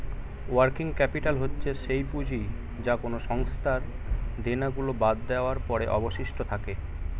working capital হচ্ছে সেই পুঁজি যা কোনো সংস্থার দেনা গুলো বাদ দেওয়ার পরে অবশিষ্ট থাকে